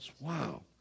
Wow